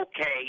okay